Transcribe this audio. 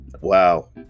Wow